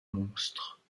monstre